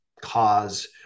cause